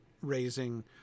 raising